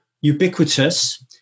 ubiquitous